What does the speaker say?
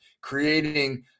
creating